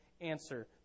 answer